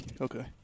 Okay